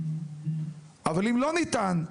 אבל אם לא ניתן,